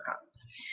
comes